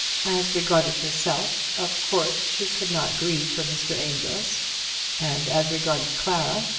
as regarded herself, of course she could not grieve for mr. amedroz and as regarded clara,